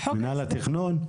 מינהל התכנון?